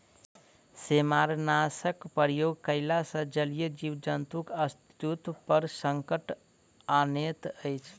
सेमारनाशकक प्रयोग कयला सॅ जलीय जीव जन्तुक अस्तित्व पर संकट अनैत अछि